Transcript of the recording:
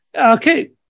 Okay